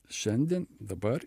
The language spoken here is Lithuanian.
šiandien dabar